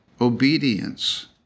obedience